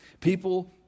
People